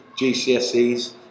GCSEs